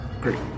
Great